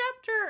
chapter